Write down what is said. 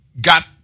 got